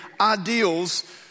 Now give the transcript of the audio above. ideals